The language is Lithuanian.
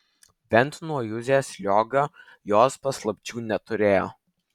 bent nuo juzės liogio jos paslapčių neturėjo